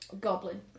goblin